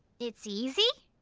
it's easy?